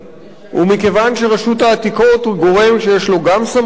ומכיוון שרשות העתיקות היא גורם שיש לו גם סמכויות,